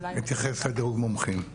אתייחס לדירוג מומחים.